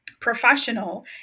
professional